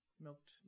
Milked